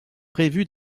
prévu